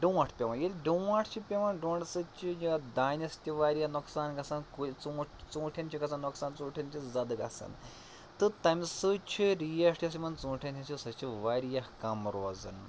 ڈونٛٹھ پیٚوان ییٚلہِ ڈونٛٹھ چھُ پیٚوان ڈونٛٹھ سۭتۍ چھِ یَتھ دانیٚس تہِ واریاہ نۄقصان گژھان کُلۍ ژوٗنٛٹھۍ ژوٗنٛٹھیٚن چھُ گژھان نۄقصان ژوٗنٛٹھٮ۪ن چھِ زَدٕ گَژھان تہٕ تَمہِ سۭتۍ چھِ ریٹ یۄس یِمَن ژوٗنٛٹھیٚن ہِنٛز چھِ سۄ چھِ واریاہ کَم روزان